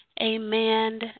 amen